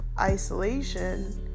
isolation